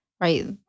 right